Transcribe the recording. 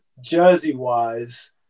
jersey-wise